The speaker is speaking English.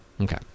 Okay